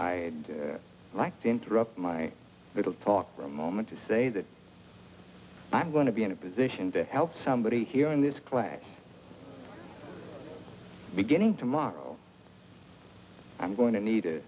i like to interrupt my little talk for a moment to say that i'm going to be in a position to help somebody here in this class beginning tomorrow i'm going to need a